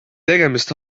tegemist